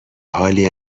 حالی